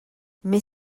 mais